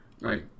Right